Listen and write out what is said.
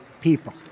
people